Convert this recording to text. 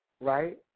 right